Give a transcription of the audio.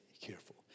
careful